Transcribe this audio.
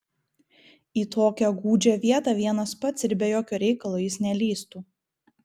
į tokią gūdžią vietą vienas pats ir be jokio reikalo jis nelįstų